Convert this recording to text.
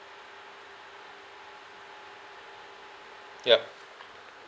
yup